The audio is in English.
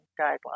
guidelines